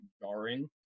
jarring